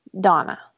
Donna